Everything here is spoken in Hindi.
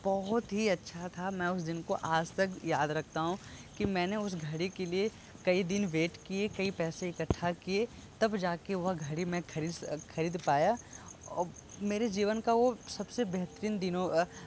बहुत ही अच्छा था मैं उस दिन को आज तक याद रखता हूँ कि मैंने उस घड़ी के लिए कई दिन वेट किए पैसे इकट्ठे किए तब जाकर वह घड़ी मैं खरीद खरीद पाया मेरे जीवन का वो सबसे बेहतरीन दिन होगा